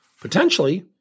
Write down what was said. Potentially